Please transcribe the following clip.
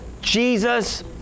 Jesus